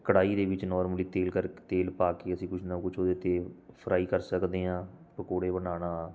ਕੜਾਹੀ ਦੇ ਵਿੱਚ ਨੋਰਮਲੀ ਤੇਲ ਕਰ ਤੇਲ ਪਾ ਕੇ ਅਸੀਂ ਕੁਝ ਨਾ ਕੁਝ ਉਹਦੇ 'ਤੇ ਫਰਾਈ ਕਰ ਸਕਦੇ ਹਾਂ ਪਕੋੜੇ ਬਣਾਉਣਾ